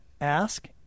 Ask